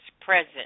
present